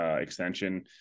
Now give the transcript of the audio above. extension